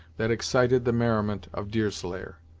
that excited the merriment of deerslayer.